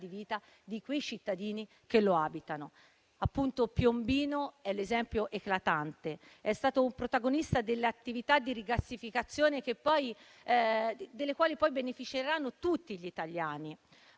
vita dei cittadini che lo abitano. Piombino è l'esempio eclatante: la città è stata protagonista di attività di rigassificazione delle quali poi beneficeranno tutti gli italiani.